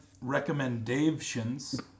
Recommendations